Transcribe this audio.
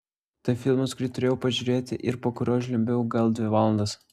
tai filmas kurį turėjau pažiūrėti ir po kurio žliumbiau gal dvi valandas